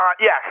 Yes